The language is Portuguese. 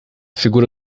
figura